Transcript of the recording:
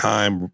Time